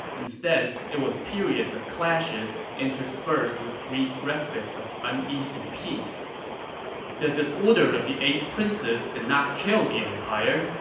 instead it was periods of clashes interspersed with brief respites of uneasy peace the disorder of the eight princes did not kill the empire,